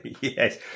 Yes